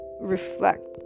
reflect